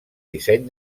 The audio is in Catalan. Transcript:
disseny